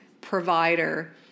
provider